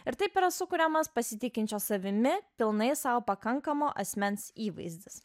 ir taip yra sukuriamas pasitikinčio savimi pilnai sau pakankamo asmens įvaizdis